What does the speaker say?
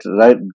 right